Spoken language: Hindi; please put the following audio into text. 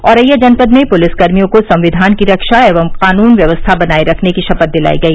औरैया जनपद में पुलिसकर्मियों को संविधान की रक्षा एवं कानून व्यवस्था बनाए रखने की शपथ दिलाई गई